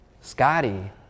Scotty